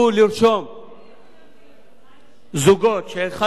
זוגות כשאחד מבני-הזוג עבר תהליך גיור,